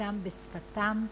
אתם בשפתם,